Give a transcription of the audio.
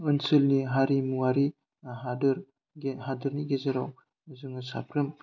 ओनसोलनि हारिमुवारि हादोर हादोरनि गेजेराव जोङो साफ्रोम